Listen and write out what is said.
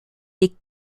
des